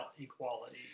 equality